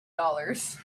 dollars